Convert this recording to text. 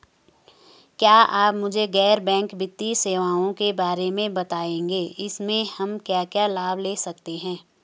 क्या आप मुझे गैर बैंक वित्तीय सेवाओं के बारे में बताएँगे इसमें हम क्या क्या लाभ ले सकते हैं?